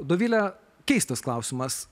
dovile keistas klausimas